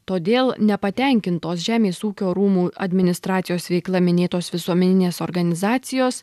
todėl nepatenkintos žemės ūkio rūmų administracijos veikla minėtos visuomeninės organizacijos